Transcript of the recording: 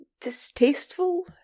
distasteful